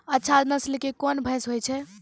अच्छा नस्ल के कोन भैंस होय छै?